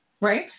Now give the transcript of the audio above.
Right